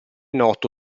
noto